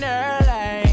early